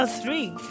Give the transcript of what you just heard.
three